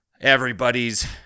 everybody's